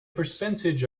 percentage